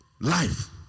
life